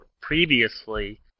previously